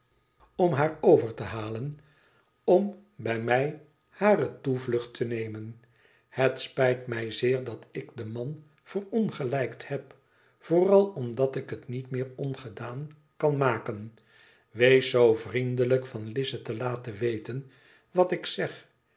om haar over te halen om bij mij hare toevlucht te nemen het spijt mij zeer dat ik den man verongelijkt heb vooral omdat ik het niet meer ongedaan kan maken wees zoo vriendelijk van lize te laten weten wat ik zeg